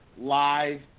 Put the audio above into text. live